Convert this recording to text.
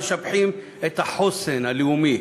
משבחים את החוסן הלאומי,